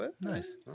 Nice